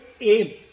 aim